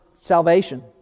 salvation